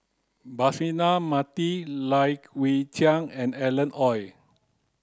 Braema Mathi Lai Weijie and Alan Oei